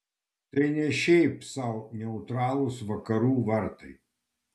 tai ne šiaip sau neutralūs vakarų vartai